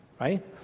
right